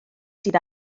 sydd